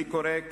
אני קורא,